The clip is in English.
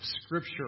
scripture